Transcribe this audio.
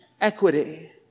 equity